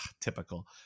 typical